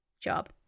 job